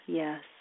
yes